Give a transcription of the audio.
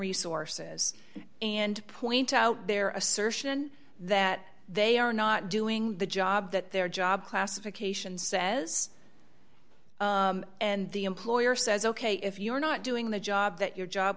resources and point out their assertion that they are not doing the job that their job classification says and the employer says ok if you're not doing the job that your job